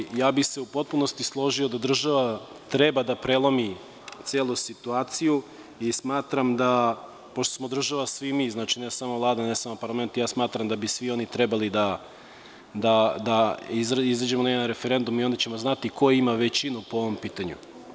Međutim, ja bih se u potpunosti složio da država treba da prelomi celu situaciju, jer smatram da pošto smo država svi mi, znači, ne samo Vlada, ne samo parlament, ja smatram da bi trebalo da izađemo na jedan referendum i onda ćemo znati ko ima većinu po ovom pitanju.